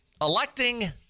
electing